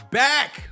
back